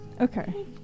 Okay